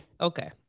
Okay